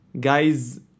Guys